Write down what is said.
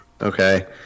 okay